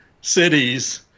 cities